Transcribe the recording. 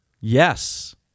Yes